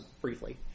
briefly